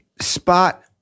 spot